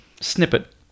snippet